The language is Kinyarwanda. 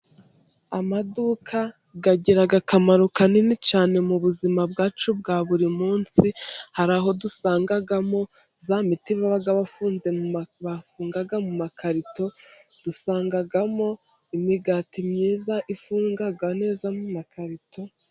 Amaduka agira akamaro kanini cyane mu buzima bwacu bwa buri munsi, hari aho dusangamo ya miti baba bafunga mu makarito, dusangamo imigati myiza ifungwa neza makarito.